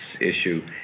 issue